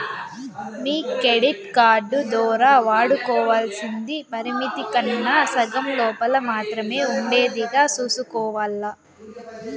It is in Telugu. మీ కెడిట్ కార్డు దోరా వాడుకోవల్సింది పరిమితి కన్నా సగం లోపల మాత్రమే ఉండేదిగా సూసుకోవాల్ల